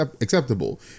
acceptable